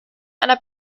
einer